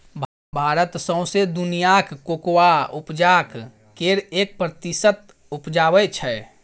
भारत सौंसे दुनियाँक कोकोआ उपजाक केर एक प्रतिशत उपजाबै छै